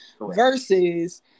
versus